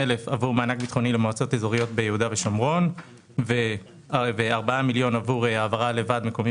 גם למי ששומע חדשות ושומע ורואה מה קורה ביהודה ושומרון.